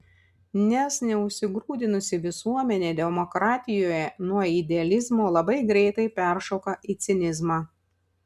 nes neužsigrūdinusi visuomenė demokratijoje nuo idealizmo labai greitai peršoka į cinizmą